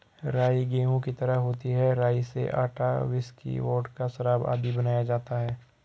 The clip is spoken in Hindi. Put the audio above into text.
राई गेहूं की तरह होती है राई से आटा, व्हिस्की, वोडका, शराब आदि बनाया जाता है